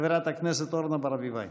חברת הכנסת אורנה ברביבאי.